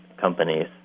companies